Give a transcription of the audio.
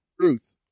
truth